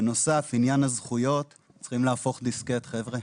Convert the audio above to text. בנוסף עניין הזכויות, צריכים להפוך דיסקט, חבר'ה,